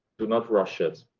do not rush it.